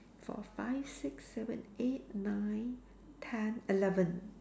four five six seven eight nine ten eleven